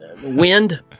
Wind